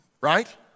right